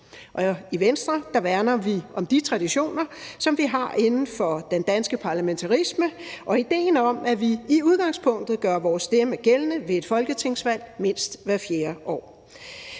I Venstre værner vi om de traditioner, som vi har inden for den danske parlamentarisme, og idéen om, at vi i udgangspunktet gør vores stemme gældende ved et folketingsvalg mindst hvert fjerde år.